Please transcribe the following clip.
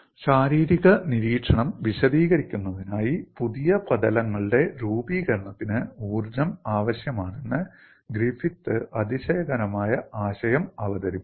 ശാരീരിക നിരീക്ഷണം വിശദീകരിക്കുന്നതിനായി പുതിയ പ്രതലങ്ങളുടെ രൂപീകരണത്തിന് ഊർജ്ജം ആവശ്യമാണെന്ന് ഗ്രിഫിത്ത് അതിശയകരമായ ആശയം അവതരിപ്പിച്ചു